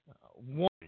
one